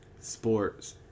sports